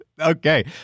Okay